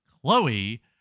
Chloe